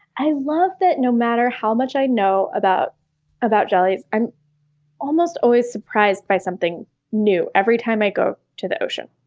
i love that no matter how much i know about about jellies, i'm almost always surprised by something new every time i go to the ocean.